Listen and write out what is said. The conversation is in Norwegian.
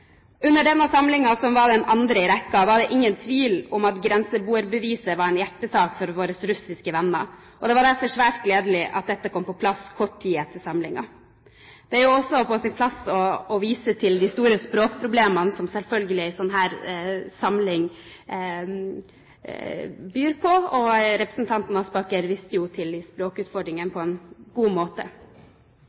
Under denne samlingen, som var den andre i rekken, var det ingen tvil om at grenseboerbeviset var en hjertesak for våre russiske venner, og det var derfor svært gledelig at dette kom på plass kort tid etter samlingen. Det er også på sin plass å vise til de store språkproblemene som en slik samling selvfølgelig byr på, og representanten Aspaker viste jo til de språkutfordringene på en god måte.